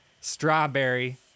strawberry